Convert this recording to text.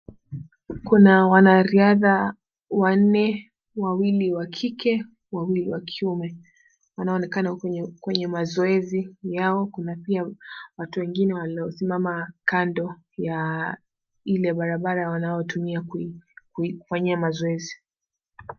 Kuna wanariadha wanne ,wawili wakike wawili wa kiume. Wanaonekana kwenye mazoezi yao pia kuna watu wengine waliosimama kando ya ile barabara wanayoitumia kufanyia mazoezi.